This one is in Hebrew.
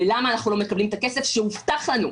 ולמה אנחנו לא מקבלים את הכסף שהובטח לנו.